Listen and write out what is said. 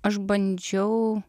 aš bandžiau